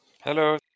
Hello